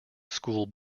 school